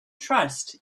trust